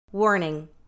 Warning